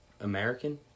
American